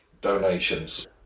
donations